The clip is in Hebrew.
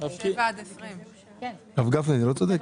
הרב גפני, זה לא צודק?